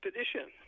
expedition